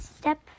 Step